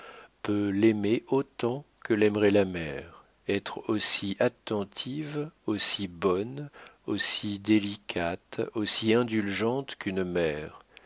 peut l'aimer autant que l'aimerait la mère être aussi attentive aussi bonne aussi délicate aussi indulgente qu'une mère